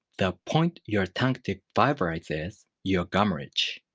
the point your tongue tip vibrates is your gum ridge.